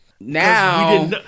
Now